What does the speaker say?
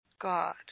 God